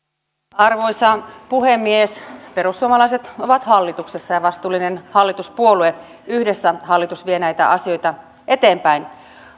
arvoisa puhemies perussuomalaiset ovat hallituksessa ja vastuullinen hallituspuolue yhdessä hallitus vie näitä asioita eteenpäin